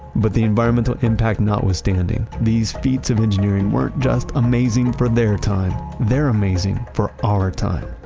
but the environmental impact notwithstanding, these feats of engineering weren't just amazing for their time they're amazing for our time